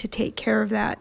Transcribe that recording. to take care of that